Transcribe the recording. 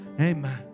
amen